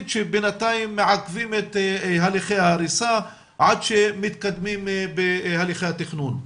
שבינתיים מעכבים את הליכי ההריסה עד שמתקדמים בהליכי התכנון.